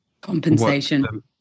compensation